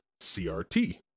CRT